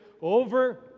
over